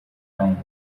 rome